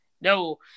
no